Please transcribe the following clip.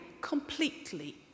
completely